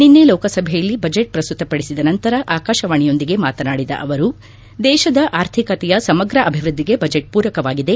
ನಿನ್ನೆ ಲೋಕಸಭೆಯಲ್ಲಿ ಬಜೆಟ್ ಪ್ರಸ್ತುತಪಡಿಸಿದ ನಂತರ ಆಕಾಶವಾಣಿಯೊಂದಿಗೆ ಮಾತನಾಡಿದ ಅವರು ದೇಶದ ಆರ್ಥಿಕತೆಯ ಸಮಗ್ರ ಅಭಿವೃದ್ದಿಗೆ ಬಜೆಟ್ ಪೂರಕವಾಗಿದೆ